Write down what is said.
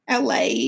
LA